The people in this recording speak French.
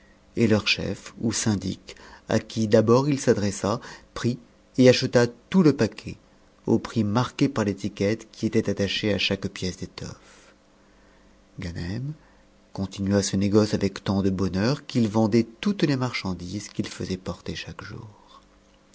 et leur chef ou syndic à qui d'abord il s'adressa prit et acheta tout le paquet au prix marqué par l'étiquette qui était attachée à chaque pièce d'étofïë ganem continua ce négoce avec tant de bonheur qu'il vendait toutes les marchandises qu'il faisait porter chaque jour